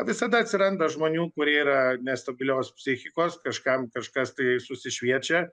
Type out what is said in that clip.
visada atsiranda žmonių kurie yra nestabilios psichikos kažkam kažkas tai susišviečia